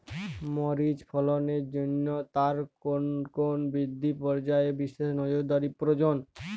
মরিচ ফলনের জন্য তার কোন কোন বৃদ্ধি পর্যায়ে বিশেষ নজরদারি প্রয়োজন?